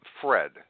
Fred